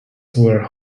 were